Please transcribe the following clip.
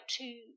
two